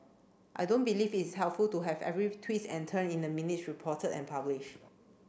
I don't believe is helpful to have every twist and turn in the minutes reported and published